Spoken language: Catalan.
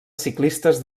ciclistes